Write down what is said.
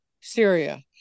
Syria